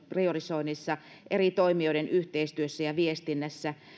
priorisoinnissa eri toimijoiden yhteistyössä ja viestinnässä